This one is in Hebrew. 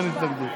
אין התנגדות.